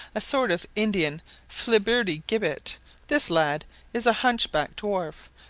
a sort of indian flibberty-gibbet this lad is a hunchbacked dwarf,